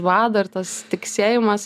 bado ir tas tiksėjimas